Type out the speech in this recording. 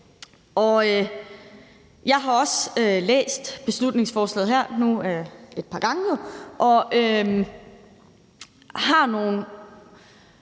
Jeg har også læst beslutningsforslaget her et par gange, og jeg har noget